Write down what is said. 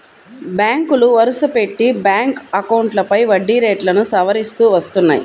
బ్యాంకులు వరుసపెట్టి బ్యాంక్ అకౌంట్లపై వడ్డీ రేట్లను సవరిస్తూ వస్తున్నాయి